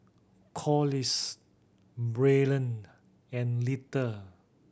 Collis Braylen and Littie